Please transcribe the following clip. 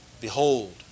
Behold